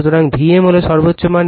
সুতরাং Vm হল সর্বোচ্চ মান